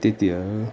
त्यति हो